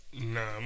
Nah